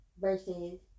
Versus